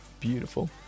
Beautiful